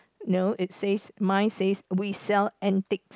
no it says mine says we sell antiques